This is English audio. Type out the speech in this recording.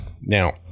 Now